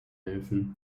helfen